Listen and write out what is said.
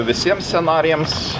visiems scenarijams